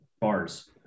bars